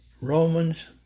Romans